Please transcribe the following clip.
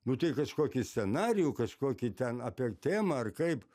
nu tai kažkokį scenarijų kažkokį ten apie temą ar kaip